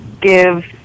give